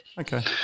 Okay